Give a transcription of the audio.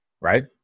right